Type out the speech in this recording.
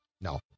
No